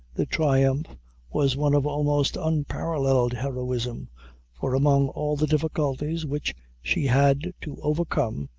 the triumph was one of almost unparalleled heroism for among all the difficulties which she had to overcome,